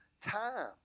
time